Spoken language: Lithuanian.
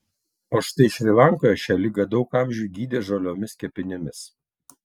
o štai šri lankoje šią ligą daug amžių gydė žaliomis kepenimis